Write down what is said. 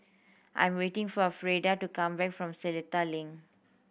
I'm waiting for a Freeda to come back from Seletar Link